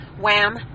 Wham